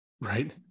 Right